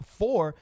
four